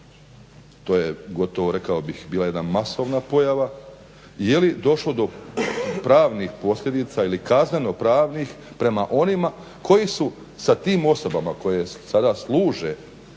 to je gotovo rekao bih bila jedna masovna pojava, je li došlo do pravnih posljedica ili kaznenopravnih prema onima koji su sa tim osobama koje sada služe